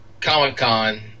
Comic-Con